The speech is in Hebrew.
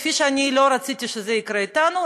כפי שאני לא רציתי שזה יקרה אתנו,